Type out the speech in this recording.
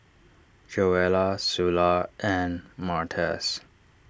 Joella Sula and Martez